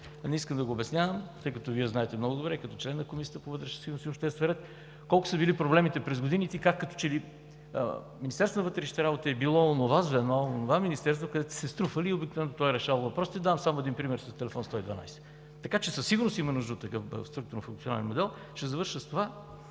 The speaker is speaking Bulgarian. не искам да го обяснявам, тъй като Вие знаете много добре и като член на Комисията по вътрешна сигурност и обществен ред, колко са били проблемите през годините и как, като че ли Министерството на вътрешните работи е било онова звено, онова Министерство, където са се струпвали и обикновено то е решавало въпросите. Давам само един пример с телефон 112. Така че със сигурност има нужда от такъв структурно-функционален модел. Ще завърша с това,